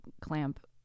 clamp